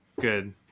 Good